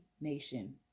nation